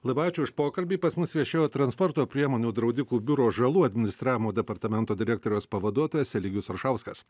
labai ačiū už pokalbį pas mus viešėjo transporto priemonių draudikų biuro žalų administravimo departamento direktoriaus pavaduotojas eligijus aršauskas